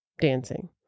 dancing